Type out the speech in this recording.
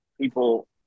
people